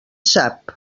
sap